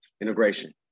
integration